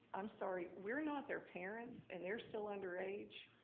i'm sorry, we're not their parents and they're still under age,